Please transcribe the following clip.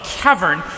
cavern